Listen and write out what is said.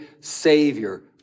Savior